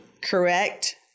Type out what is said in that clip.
correct